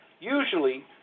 usually